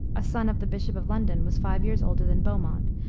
a son of the bishop of london, was five years older than beaumont,